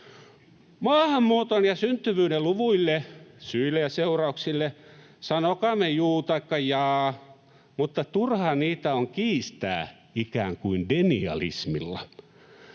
Maahanmuuton ja syntyvyyden luvuille, syille ja seurauksille sanokaamme juu taikka jaa, mutta turhaa niitä on kiistää ikään kuin denialismilla.